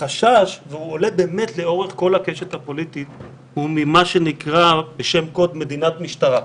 החשש שעולה לאורך כל הקשת הפוליטית הוא ממה שנקרא בשם קוד מדינת משטרה,